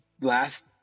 last